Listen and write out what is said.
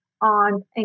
on